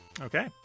Okay